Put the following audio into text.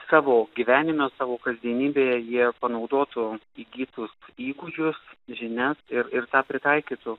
savo gyvenime savo kasdienybėje panaudotų įgytus įgūdžius žinias ir ir tą pritaikytų